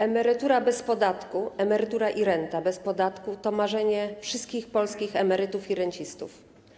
Emerytura bez podatku, emerytura i renta bez podatku - to marzenie wszystkich polskich emerytów i rencistów.